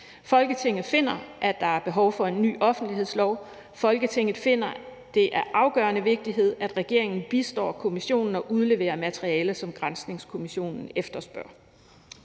Folketinget finder, at der er behov for en ny offentlighedslov. Folketinget finder det af afgørende vigtighed, at regeringen bistår kommissionen og udleverer al materiale, som granskningskommissionen efterspørger.«